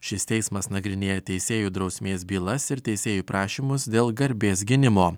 šis teismas nagrinėja teisėjų drausmės bylas ir teisėjų prašymus dėl garbės gynimo